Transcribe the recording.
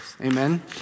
amen